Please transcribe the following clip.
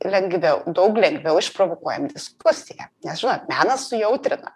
lengviau daug lengviau išprovokuojam diskusiją nes žinot menas sujautrina